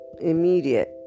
immediate